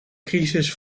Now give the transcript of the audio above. crisis